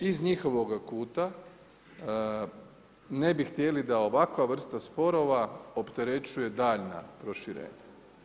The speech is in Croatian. Iz njihovoga kuta, ne bih htjeli da ovakva vrsta sporova, opterećuje daljnja proširenja.